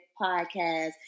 podcast